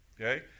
Okay